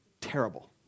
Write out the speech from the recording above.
terrible